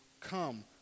come